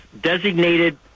designated